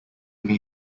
made